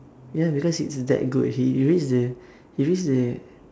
ya because it's that good he he reads the he reads the